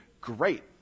great